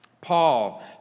Paul